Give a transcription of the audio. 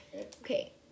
Okay